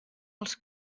els